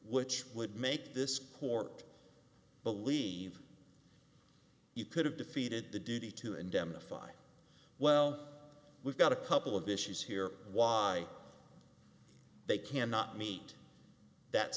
which would make this court believe you could have defeated the duty to indemnify well we've got a couple of issues here why they cannot meet that